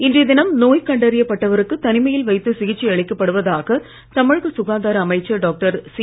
இன்றைய தினம் நோய் கண்டறியப் பட்டவருக்கு தனிமையில் வைத்து சிகிச்சை அளிக்கப்படுவதாக தமிழக சுகாதார அமைச்சர் டாக்டர் சி